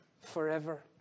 forever